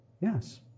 yes